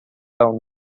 down